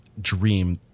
dream